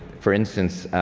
for instance,